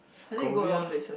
Korea